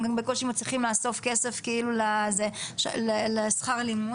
הם בקושי מצליחים לאסוף כסף לשכר הלימוד,